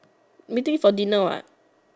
meeting for dinner what